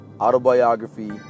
Autobiography